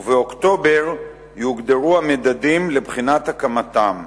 ובאוקטובר יוגדרו המדדים לבחינת הקמתם.